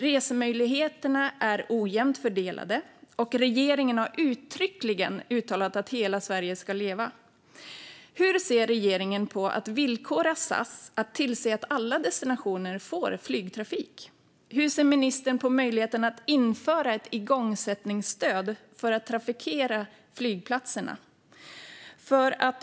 Resemöjligheterna är ojämnt fördelade, men regeringen har uttryckligen uttalat att hela Sverige ska leva. Hur ser regeringen på att ställa villkor på SAS att tillse att alla destinationer får flygtrafik? Hur ser ministern på möjligheten att införa ett igångsättningsstöd för att trafikera flygplatserna?